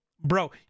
Bro